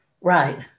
Right